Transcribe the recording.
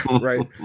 Right